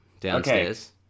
downstairs